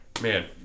man